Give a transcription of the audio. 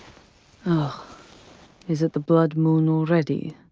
ah is it the blood moon already?